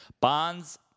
Bonds